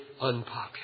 unpopular